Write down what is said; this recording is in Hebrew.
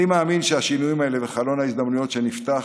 אני מאמין שהשינויים האלה וחלון ההזדמנויות שנפתח